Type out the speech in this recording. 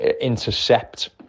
intercept